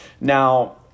Now